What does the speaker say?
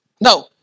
No